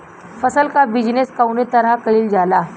फसल क बिजनेस कउने तरह कईल जाला?